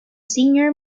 senior